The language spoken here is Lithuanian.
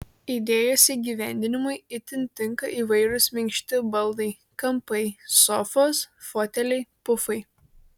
idėjos įgyvendinimui itin tinka įvairūs minkšti baldai kampai sofos foteliai pufai